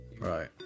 Right